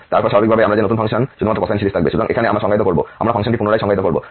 এবং একবার আমরা জোড় ফাংশন আছে তারপর স্বাভাবিকভাবেই আমরা যে নতুন ফাংশন শুধুমাত্র কোসাইন সিরিজ থাকবে